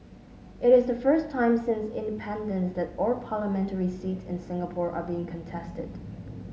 it is the first time since independence that all parliamentary seats in Singapore are being contested